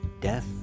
death